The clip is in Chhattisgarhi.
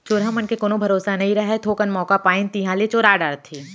चोरहा मन के कोनो भरोसा नइ रहय, थोकन मौका पाइन तिहॉं ले चोरा डारथें